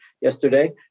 yesterday